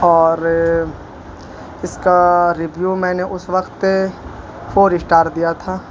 اور اس کا ریویو میں نے اس وقت فور اشٹار دیا تھا